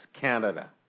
Canada